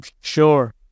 sure